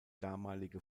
damalige